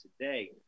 today